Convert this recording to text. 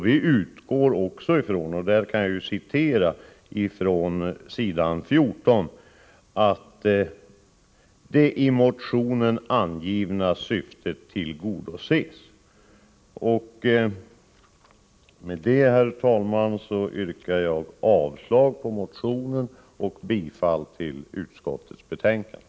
Vi utgår dessutom från att ”det i motionen angivna syftet tillgodoses”, som det står på s. 14 i betänkandet. Med detta, herr talman, yrkar jag avslag på motionerna och bifall till utskottets hemställan.